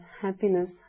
happiness